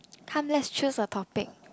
come let's choose a topic